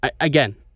again